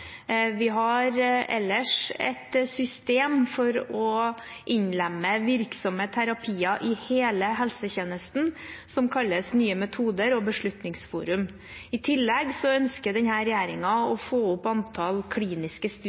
Vi har ellers et system for å innlemme virksomme terapier i hele helsetjenesten som kalles Beslutningsforum for nye metoder. I tillegg ønsker denne regjeringen å få opp antall kliniske studier,